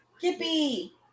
Kippy